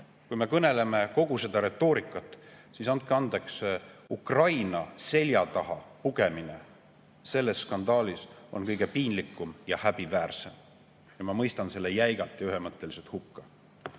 kui me kõneleme kogu sellest retoorikast, siis andke andeks, Ukraina selja taha pugemine selles skandaalis on kõige piinlikum ja häbiväärsem. Ja ma mõistan selle jäigalt ja ühemõtteliselt hukka.